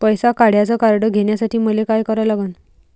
पैसा काढ्याचं कार्ड घेण्यासाठी मले काय करा लागन?